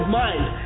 mind